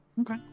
okay